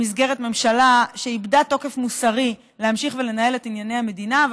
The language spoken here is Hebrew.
במסגרת ממשלה שאיבדה תוקף מוסרי להמשיך ולנהל את ענייני המדינה,